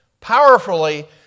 powerfully